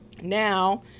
Now